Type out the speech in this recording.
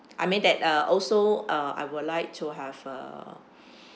I mean that uh also uh I would like to have a